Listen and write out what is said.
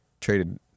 traded